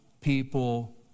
people